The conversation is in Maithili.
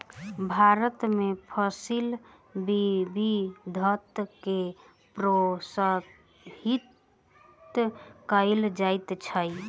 भारत में फसिल विविधता के प्रोत्साहित कयल जाइत अछि